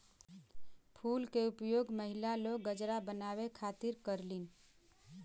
फूल के उपयोग महिला लोग गजरा बनावे खातिर करलीन